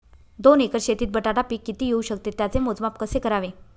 दोन एकर शेतीत बटाटा पीक किती येवू शकते? त्याचे मोजमाप कसे करावे?